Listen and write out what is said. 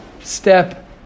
step